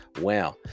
Wow